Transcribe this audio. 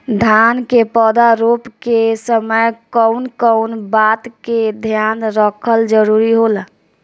धान के पौधा रोप के समय कउन कउन बात के ध्यान रखल जरूरी होला?